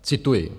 Cituji: